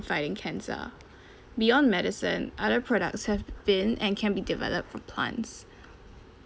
fighting cancer beyond medicine other products have been and can be developed for plants